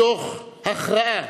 מתוך הכרעה: